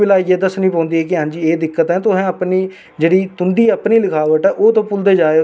पर ओह् उस टैंम च मतलब कि पहली खुशी लाइफ च एह् लग्गेआ कि नेईं अगर में तिन दिन उस